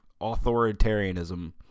authoritarianism